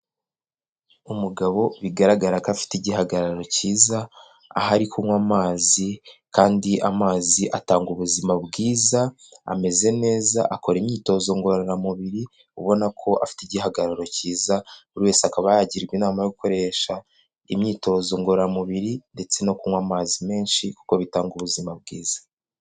Umugabo bigaragara ko afite igihagararo kiza aho ari kunywa amazi kandi amazi atanga ubuzima bwiza, ameze neza akora imyitozo ngororamubiri, ubona ko afite igihagararo kiza buri wese akaba yagirwa inama yo gukoresha imyitozo ngororamubiri ndetse no kunywa amazi menshi kuko bitanga ubuzima bwiza.